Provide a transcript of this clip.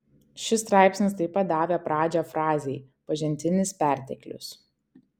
šis straipsnis taip pat davė pradžią frazei pažintinis perteklius